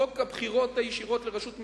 חוק הבחירה הישירה לראשות ממשלה,